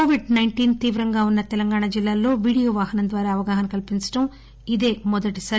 Covid తీవ్రంగా ఉన్న తెలంగాణ జిల్లాల్లో వీడియో వాహనం ద్వారా అవగాహన కల్పించడం ఇది మొదటిసారి